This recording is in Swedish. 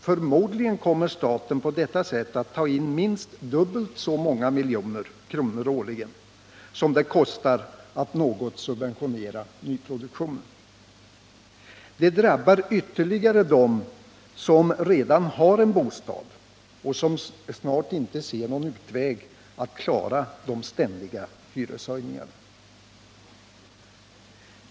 Förmodligen kommer staten på detta sätt att ta in minst dubbelt så många miljoner kronor årligen som det kostar att något subventionera nyproduktionen. Det drabbar ytterligare dem som redan har en bostad och som snart inte ser någon utväg att klara de ständiga hyreshöjningarna.